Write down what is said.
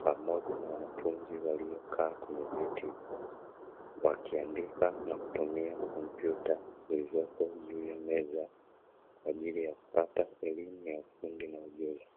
pamoja na wanafunzi waliokaa kwenye viti, wakiandika na kutumia kompyuta zilizoko juu ya meza kwa ajili ya kupata elimu ya ufundi na ujuzi.